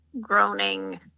groaning